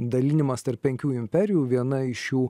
dalinimas tarp penkių imperijų viena iš jų